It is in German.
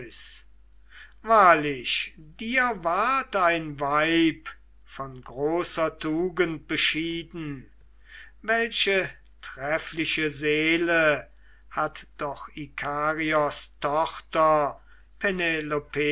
wahrlich dir ward ein weib von großer tugend beschieden welche treffliche seele hat doch ikarios tochter